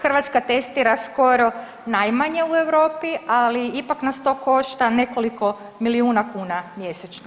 Hrvatska testira skoro najmanje u Europi, ali ipak nas to košta nekoliko milijuna kuna mjesečno.